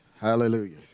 Hallelujah